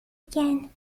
again